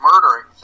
murdering